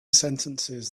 sentences